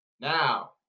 Now